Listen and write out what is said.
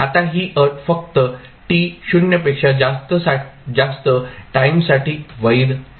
आता ही अट फक्त t 0 पेक्षा जास्त टाईमसाठी वैध आहे